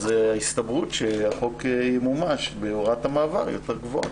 אז ההסתברות שהחוק ימומש בהוראת המעבר היא יותר גבוהה.